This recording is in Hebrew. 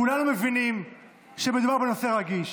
כולנו מבינים שמדובר בנושא רגיש.